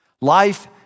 Life